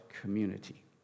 community